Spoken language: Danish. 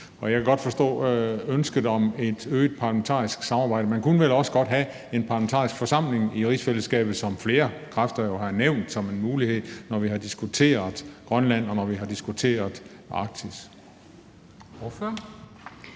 Jeg kan godt forstå ønsket om et øget parlamentarisk samarbejde. Man kunne vel også godt have en parlamentarisk forsamling i rigsfællesskabet, som flere kræfter jo har nævnt som en mulighed, når vi har diskuteret Grønland og Arktis.